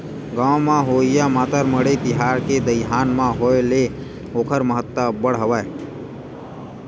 गाँव म होवइया मातर मड़ई तिहार के दईहान म होय ले ओखर महत्ता अब्बड़ हवय